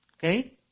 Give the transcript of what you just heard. Okay